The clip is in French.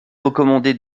recommandé